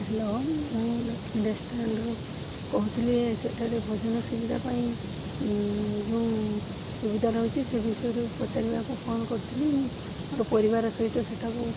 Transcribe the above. hello ମୁଁ ଲକ୍ଷ୍ମୀ ରେଷ୍ଟୁରାଣ୍ଟ୍ରୁ କହୁଥୁଲି ସେଠାରେ ଭୋଜନ ସୁବିଧା ପାଇଁ ଯୋଉଁ ସୁବିଧା ରହିଛି ସେ ବିଷୟରେ ପଚାରିବାକୁ ଫୋନ୍ କରିଥିଲି ମୁଁ ମୋର ପରିବାର ସହିତ ସେଠାକୁ